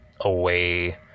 away